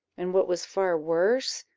and, what was far worse,